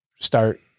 start